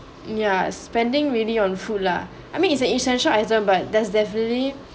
ya spending really on food lah I mean it's an essential item but that's definitely